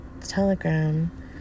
telegram